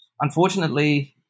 unfortunately